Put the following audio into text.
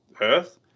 Earth